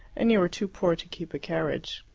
and you are too poor to keep a carriage.